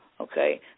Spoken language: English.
okay